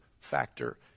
factor